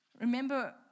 Remember